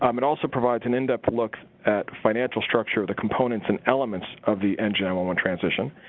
um it also provides an in depth look at the financial structure of the components and elements of the n g nine one one transition.